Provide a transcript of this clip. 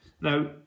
Now